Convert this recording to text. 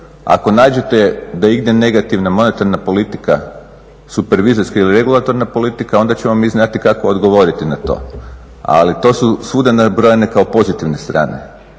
Ako nađete da igdje negativna monetarna politika supervizorska ili regulatorna politika onda ćemo mi znati kako odgovoriti na to. Ali to su svuda nabrojane kao pozitivne strane,